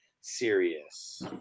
serious